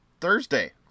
Thursday